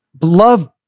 Love